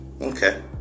Okay